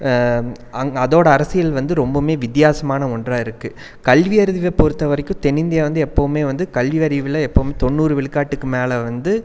அ அதோடய அரசியல் வந்து ரொம்பவுமே வித்தியாசமான ஒன்றாயிருக்கு கல்வியறிவை பொறுத்த வரைக்கும் தென்னிந்தியா வந்து எப்பவும் வந்து கல்வியறிவில் எப்போவுமே தொண்ணூறு விழுக்காட்டுக்கு மேல் வந்து